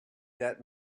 that